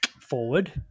forward